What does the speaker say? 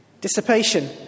Dissipation